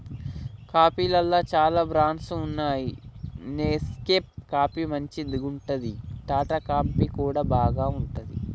కాఫీలల్ల చాల బ్రాండ్స్ వున్నాయి నెస్కేఫ్ కాఫీ మంచిగుంటది, టాటా కాఫీ కూడా బాగుంటది